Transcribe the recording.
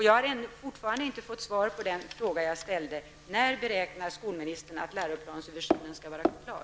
Jag har fortfarande inte fått svar på den fråga som jag ställde: När beräknar skolministern att läroplansöversynen skall vara klar?